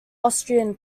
austrian